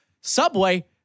Subway